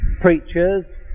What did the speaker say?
preachers